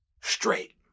Straight